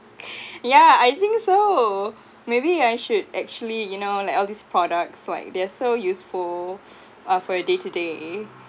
yeah I think so maybe I should actually you know like all these products like they are so useful uh for a day to day